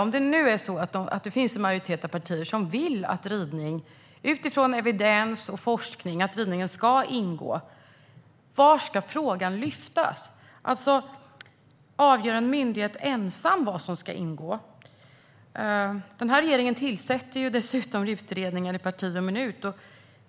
Om nu en majoritet av partierna vill att ridning ska ingå, utifrån evidens och forskning, var ska frågan lyftas? Avgör en myndighet ensam vad som ska ingå? Den här regeringen tillsätter dessutom utredningar i parti och minut.